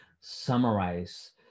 summarize